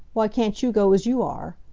why can't you go as you are?